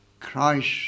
Christ